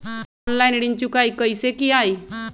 Online ऋण चुकाई कईसे की ञाई?